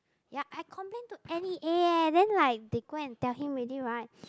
ya I complain to N_E_A eh then like they go and tell him already right